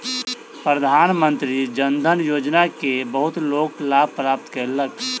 प्रधानमंत्री जन धन योजना के बहुत लोक लाभ प्राप्त कयलक